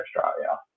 Australia